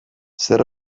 zer